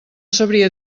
sabria